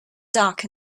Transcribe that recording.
dark